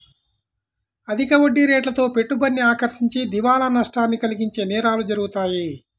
అధిక వడ్డీరేట్లతో పెట్టుబడిని ఆకర్షించి దివాలా నష్టాన్ని కలిగించే నేరాలు జరుగుతాయి